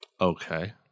Okay